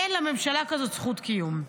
אין לממשלה כזאת זכות קיום.